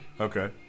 Okay